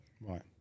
Right